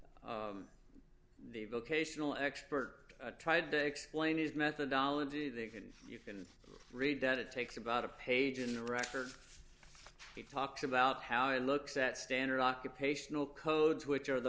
the vocational expert tried to explain his methodology they can you can read that it takes about a page in the record it talks about how it looks at standard occupational codes which are the